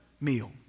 meal